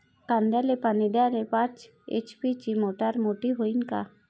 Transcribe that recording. कांद्याले पानी द्याले पाच एच.पी ची मोटार मोटी व्हईन का?